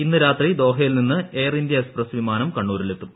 ഇന്ന് രാത്രി ദോഹയിൽ നിന്ന് എയർ ഇന്ത്യ എക്സ്പ്രസ് വിമാനം കണ്ണൂരിലെത്തും